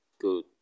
good